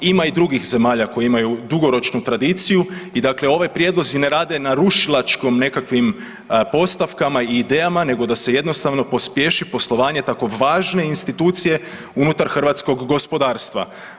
Ima i drugih zemalja koje imaju dugoročnu tradiciju i dakle ovi prijedlozi ne rade na rušilačkim nekakvim postavkama i idejama, nego da se jednostavno pospješi poslovanje tako važne institucije unutar hrvatskog gospodarstva.